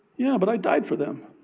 yeah, but i died for them.